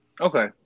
Okay